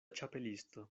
ĉapelisto